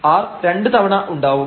r രണ്ട് തവണ ഉണ്ടാവും